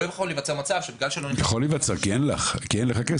לא יכול להיווצר מצב --- יכול להיווצר כי אין לך כסף.